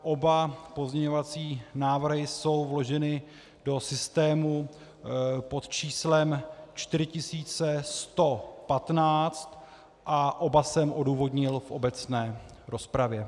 Oba pozměňovací návrhy jsou uloženy do systému pod č. 4115 a oba jsem odůvodnil v obecné rozpravě.